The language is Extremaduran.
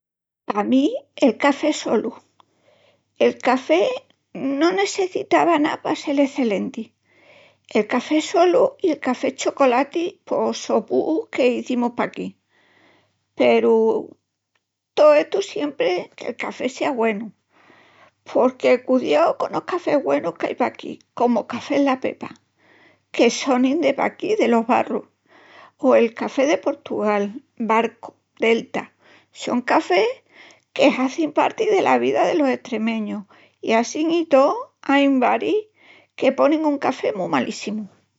Pa mí el café solu. El café no nessecitava más ná pa sel escelenti. El café solu i el chocolati pos sopúu qu'izimus paquí. Peru to estu siempri que'l café sea güenu porque cudiau… conos cafés güenus qu'ai paquí, comu Cafés La Pepa, que sonin de paquí de Los Barrus. O el café de Portugal, Barco, Delta, son cafés que hazin parti dela vida delos estremeñus i assín i tó ain baris que ponin un café mu malíssimu.